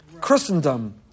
Christendom